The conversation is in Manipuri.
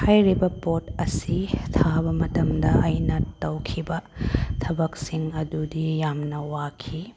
ꯍꯥꯏꯔꯤꯕ ꯄꯣꯠ ꯑꯁꯤ ꯊꯥꯕ ꯃꯇꯝꯗ ꯑꯩꯅ ꯇꯧꯈꯤꯕ ꯊꯕꯛꯁꯤꯡ ꯑꯗꯨꯗꯤ ꯌꯥꯝꯅ ꯋꯥꯈꯤ